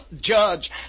Judge